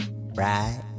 Right